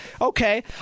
Okay